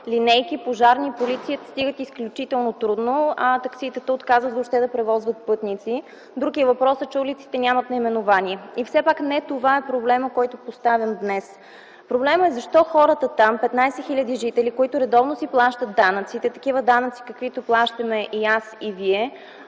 линейки, пожарни коли, полиция стигат изключително трудно, а такситата отказват въобще да превозват пътници. Друг е въпросът, че улиците нямат наименования. Все пак не това е проблемът, който поставям днес. Проблемът е защо хората там, 15 хил. жители, които редовно си плащат данъците – такива данъци, каквито плащаме и аз, и Вие,